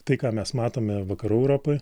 tai ką mes matome vakarų europoj